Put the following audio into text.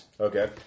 Okay